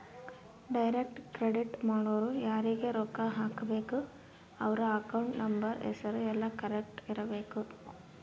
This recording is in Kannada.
ಡೈರೆಕ್ಟ್ ಕ್ರೆಡಿಟ್ ಮಾಡೊರು ಯಾರೀಗ ರೊಕ್ಕ ಹಾಕಬೇಕು ಅವ್ರ ಅಕೌಂಟ್ ನಂಬರ್ ಹೆಸರು ಯೆಲ್ಲ ಕರೆಕ್ಟ್ ಇರಬೇಕು